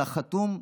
על החתום: